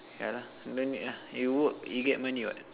yeah lah don't need lah you work you get money what